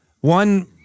One